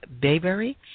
Bayberry